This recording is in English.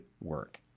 work